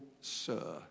Sir